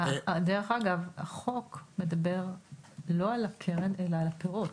דרך אגב, החוק מדבר לא על הקרן אלא על הפירות.